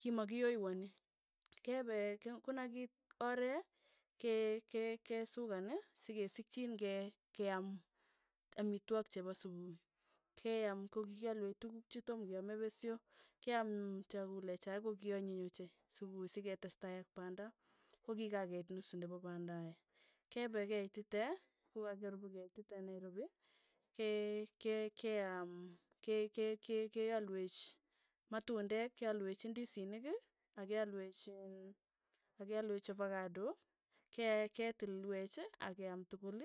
kimakiyoanwi, kepee ke konakiit oree, ke- ke kesukan sekesikchiin ke- ke am amitwogik chepa supui, keam kokikialwech tukuk chetoma kiame pesyo, keam chekule cho, ko kianyiny ochei, supui siketestai ak panda, kokikakeit nusu nepa pandae, kepe keitite kokikaripu keitite nairopi, ke- ke keam ke- ke- ke- kealwech matundek, kealwech ndisinik ak kealwech iin ak kealwech ovacado ke- ketilwech ak keam tukul.